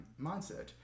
mindset